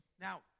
now